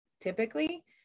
typically